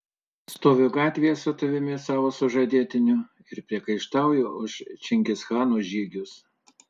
stoviu gatvėje su tavimi savo sužadėtiniu ir priekaištauju už čingischano žygius